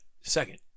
second